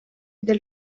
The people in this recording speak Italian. del